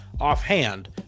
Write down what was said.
offhand